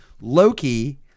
Loki